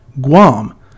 guam